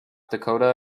dakota